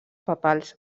papals